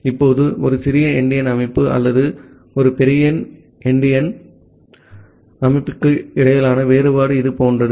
இப்போது ஒரு சிறிய எண்டியன் அமைப்பு அல்லது ஒரு பெரிய எண்டியன் அமைப்புக்கு இடையிலான வேறுபாடு இது போன்றது